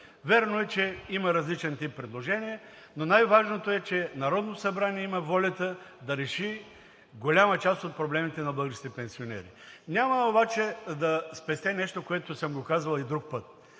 Вярно е, че има различен тип предложения, но най-важното е, че Народното събрание има волята да реши голяма част от проблемите на българските пенсионери. Няма обаче да спестя нещо, което съм го казвал и друг път.